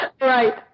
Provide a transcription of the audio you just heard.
Right